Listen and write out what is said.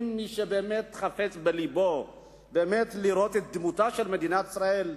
אם מישהו באמת חפץ לבו לראות את דמותה של מדינת ישראל,